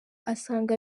asanga